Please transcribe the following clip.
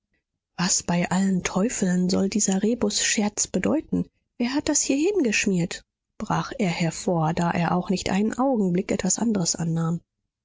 was bei allen teufeln soll dieser rebusscherz bedeuten wer hat das hier hingeschmiert brach er hervor da er auch nicht einen augenblick etwas anderes annahm